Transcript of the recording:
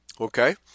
Okay